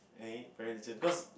any parent teacher cause